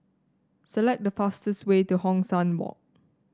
select the fastest way to Hong San Walk